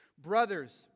Brothers